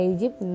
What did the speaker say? Egypt